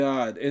God